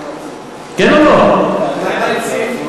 יופי.